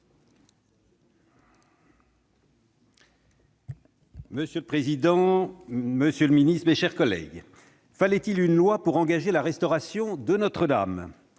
Monsieur le président, monsieur le ministre, mes chers collègues, fallait-il une loi pour engager la restauration de Notre-Dame ?